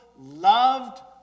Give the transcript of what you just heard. loved